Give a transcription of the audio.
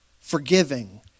forgiving